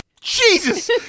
Jesus